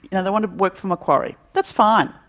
yeah they want to work for macquarie. that's fine,